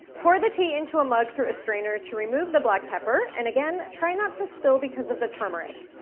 pour the tea into a mug through a strainer to remove the black pepper and again try not to spill because of the turmeric.